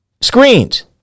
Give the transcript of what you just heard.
screens